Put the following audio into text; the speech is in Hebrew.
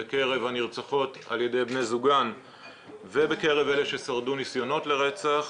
בקרב הנרצחות על ידי בני זוגן ובקרב אלה ששרדו ניסיונות לרצח,